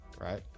right